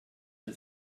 der